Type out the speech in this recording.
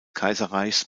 kaiserreichs